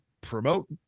promote